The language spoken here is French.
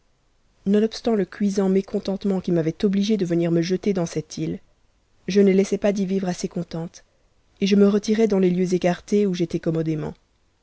nonobstant le cuisant mécontentement qui m'avait obligée de venir jeter dans cette île je ne laissais pas d'y vivre assez contente et jerne retirais dans les lieux écartés où j'étais commodément